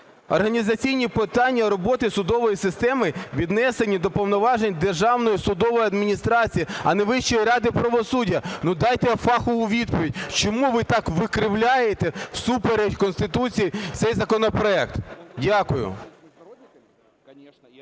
Організаційні питання роботи судової системи віднесені до повноважень Державної судової адміністрації, а не Вищої ради правосуддя. Ну, дайте фахову відповідь, чому ви так викривляєте всупереч Конституції цей законопроект? Дякую.